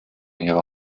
ihrer